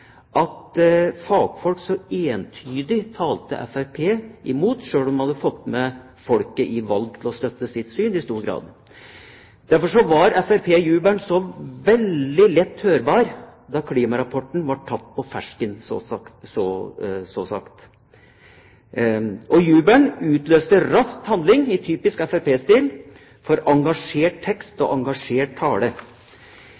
at fagfolk så entydig talte Fremskrittspartiet imot, selv om de ved valget hadde fått med seg folk til å støtte sitt syn i stor grad. Derfor var fremskrittspartijubelen så veldig lett hørbar da klimarapporten ble «tatt på fersken», så å si. Og jubelen utløste raskt handling, i typisk fremskrittspartistil, i form av engasjert tekst